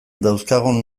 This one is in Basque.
dauzkagun